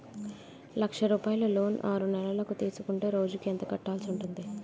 లక్ష రూపాయలు లోన్ ఆరునెలల కు తీసుకుంటే రోజుకి ఎంత కట్టాల్సి ఉంటాది?